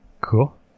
Cool